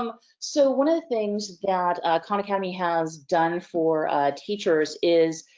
um so, one of the things that khan academy has done for teachers is,